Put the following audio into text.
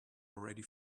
already